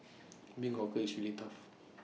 being hawker is really tough